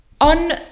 On